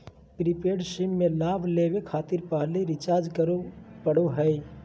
prepaid SIM में लाभ लेबे खातिर पहले रिचार्ज करे पड़ो हइ